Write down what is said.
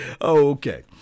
Okay